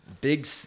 big